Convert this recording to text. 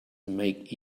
make